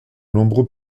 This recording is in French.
nombreux